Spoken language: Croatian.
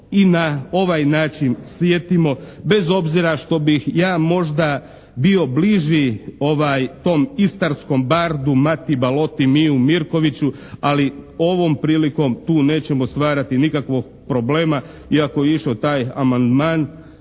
i na ovaj način sjetimo bez obzira što bih ja možda bio bliži tom istarskom …/Govornik se ne razumije./… Mati Baloti, Miju Mirkoviću ali ovom prilikom tu nećemo stvarati nikakvog problema iako je išao taj amandman